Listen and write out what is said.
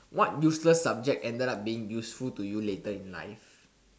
what useless subject ended up being useful to you later in life